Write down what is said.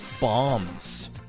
Bombs